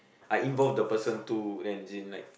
I involve the person to as in like